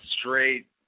straight